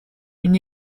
une